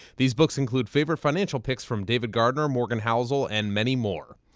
these books include favorite financial picks from david gardner, morgan housel, and many more.